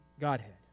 Godhead